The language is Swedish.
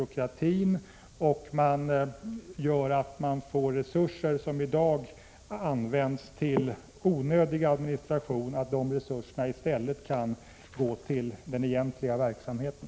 Därmed minskar man byråkratin, och resurser som i dag används för onödig administration kan i stället gå till den egentliga verksamheten.